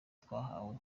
twahawe